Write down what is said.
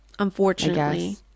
unfortunately